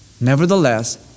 Nevertheless